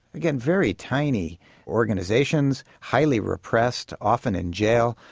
again very tiny organisations, highly repressed, often in jail,